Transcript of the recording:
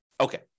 Okay